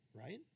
right